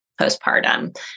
postpartum